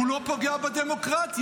הוא לא פוגע בדמוקרטיה,